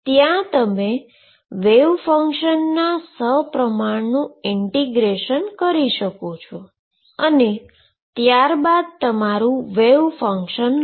ત્યાં તમે વેવ ફંક્શનના સપ્રમાણનુ ઈન્ટીગ્રેશનકરી શકો છો અને ત્યારબાદ તમારું વેવ ફંક્શન લો